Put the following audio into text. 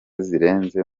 zirenze